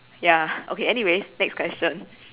ya okay anyways next question